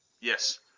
yes